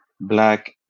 Black